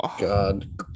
God